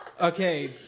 Okay